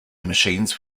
machines